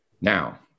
Now